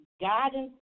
guidance